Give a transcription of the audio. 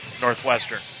Northwestern